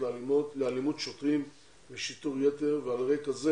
לאלימות שוטרים ושיטור יתר ועל רקע זה